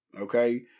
Okay